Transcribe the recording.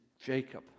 Jacob